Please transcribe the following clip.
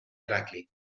heracli